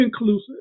inclusive